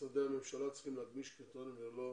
משרדי הממשלה צריכים להגמיש קריטריונים ולא להקשות,